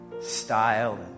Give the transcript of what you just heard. style